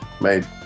made